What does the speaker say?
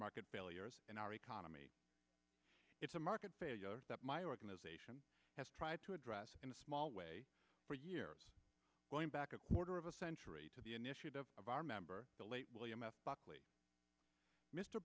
market failures in our economy it's a market failure that my organization has tried to address in a small way for years going back a quarter of a century to the initiative of our member the late william f buckley mr